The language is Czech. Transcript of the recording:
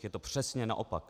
Je to přesně naopak.